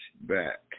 back